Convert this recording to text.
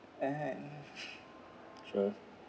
ya sure